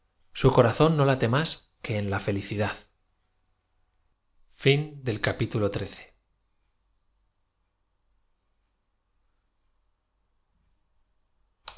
su corazón no late más que en la felicidad